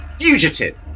FUGITIVE